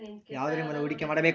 ಯಾವುದರ ಮೇಲೆ ಹೂಡಿಕೆ ಮಾಡಬೇಕು?